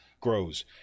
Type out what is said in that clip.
grows